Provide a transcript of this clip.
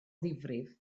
ddifrif